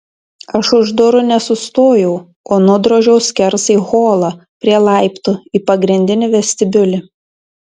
aš už durų nesustojau o nudrožiau skersai holą prie laiptų į pagrindinį vestibiulį